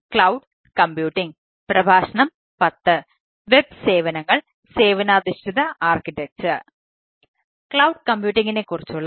cloud കമ്പ്യൂട്ടിംഗിനെക്കുറിച്ചുള്ള